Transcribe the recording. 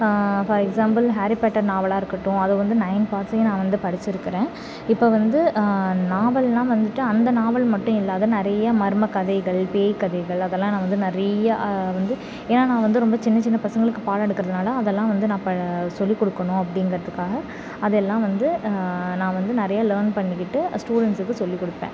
for example Harry Potter நாவலாக இருக்கட்டும் அது வந்து நைன் பார்ட்ஸ்ஸையும் நான் வந்து படிச்சிருக்கிறேன் இப்போ வந்து நாவல்லாம் வந்துட்டு அந்த நாவல் மட்டும் இல்லாத நிறைய மர்ம கதைகள் பேய்க் கதைகள் அதெல்லாம் நான் வந்து நிறையா வந்து ஏன்னால் நான் வந்து ரொம்ப சின்ன சின்ன பசங்களுக்கு பாடம் எடுக்கிறதுனால அதெல்லாம் வந்து நான் பா சொல்லி கொடுக்கணும் அப்படிங்கிறதுக்காக அதெல்லாம் வந்து நான் வந்து நிறையா லேர்ன் பண்ணிக்கிட்டு ஸ்டூடெண்ட்ஸ்க்கு சொல்லிக் கொடுப்பேன்